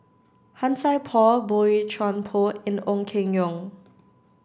Han Sai Por Boey Chuan Poh and Ong Keng Yong